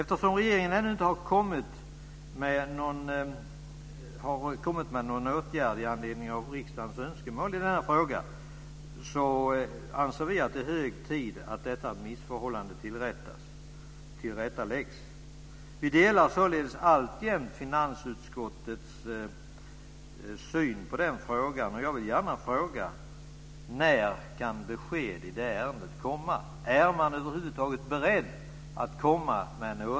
Eftersom regeringen ännu inte har kommit med någon åtgärd i anledning av riksdagens önskemål i den här frågan, anser vi att det är hög tid att detta missförhållande rättas till. Jag vill gärna fråga: När kan besked i ärendet komma?